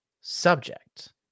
subject